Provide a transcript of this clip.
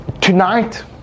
tonight